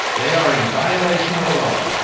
they are in violation of the law.